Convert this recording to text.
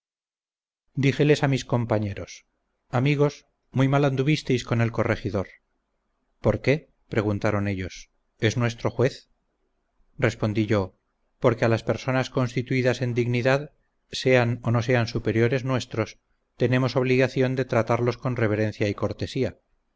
díjeles a mis compañeros amigos muy mal anduvisteis con el corregidor por qué preguntaron ellos es nuestro juez respondí yo porque a las personas constituidas en dignidad sean o no sean superiores nuestros tenemos obligación de tratarlos con reverencia y cortesía